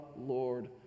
Lord